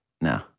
No